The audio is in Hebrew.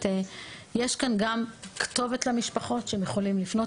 יש כאן גם כתובת למשפחות אליה הן יכולות לפנות,